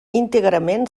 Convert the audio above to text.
íntegrament